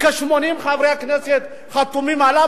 וכ-80 חברי הכנסת חתומים עליו,